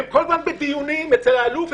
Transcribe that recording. הם כל הזמן בדיונים אצל האלוף,